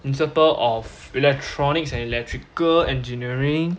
principal of electronics and electrical engineering